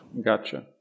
Gotcha